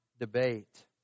debate